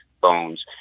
bones